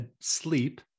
sleep